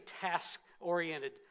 task-oriented